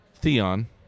Theon